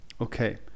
Okay